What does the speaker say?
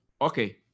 okay